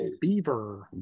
beaver